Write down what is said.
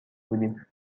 بودیم